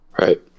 Right